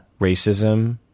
racism